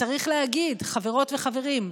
וצריך להגיד, חברות וחברים,